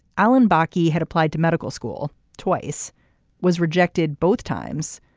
alan bochy had applied to medical school twice was rejected both times.